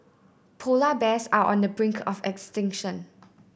polar bears are on the brink of extinction